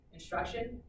instruction